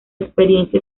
experiencia